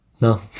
No